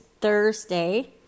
Thursday